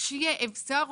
שיהיה אביזר,